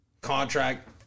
contract